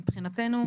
מבחינתנו,